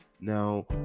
Now